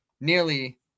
nearly